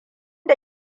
da